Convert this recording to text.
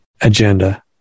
agenda